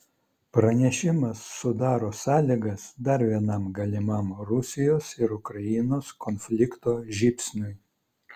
pranešimas sudaro sąlygas dar vienam galimam rusijos ir ukrainos konflikto žybsniui